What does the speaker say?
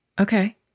Okay